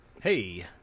Hey